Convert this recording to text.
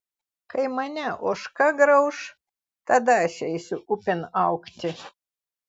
kai mane ožka grauš tada aš eisiu upėn augti